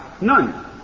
None